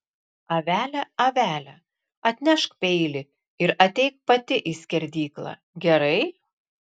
avele avele atnešk peilį ir ateik pati į skerdyklą gerai